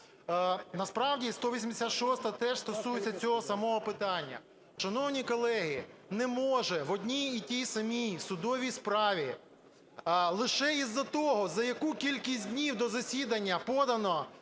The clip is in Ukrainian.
Насправді 186-а теж стосується цього самого питання. Шановні колеги, не може в одній і тій самій судовій справі лише із-за того, за яку кількість днів до засідання подано